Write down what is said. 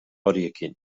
horiekin